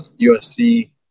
USC